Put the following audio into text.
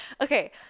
Okay